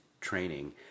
training